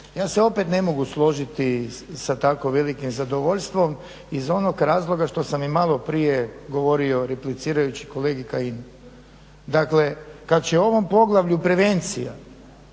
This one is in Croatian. ja se opet ne mogu složiti sa tako velikim zadovoljstvom iz onog razloga što sam i malo prije govorio replicirajući kolegi Kajinu. Dakle kada će u ovom poglavlju prevencija